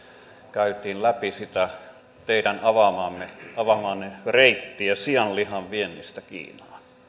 käytiin läpi sitä teidän avaamaanne avaamaanne reittiä sianlihan viennistä